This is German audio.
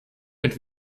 mit